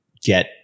get